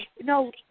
No